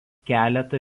keletą